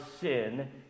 sin